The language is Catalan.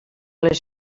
les